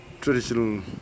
traditional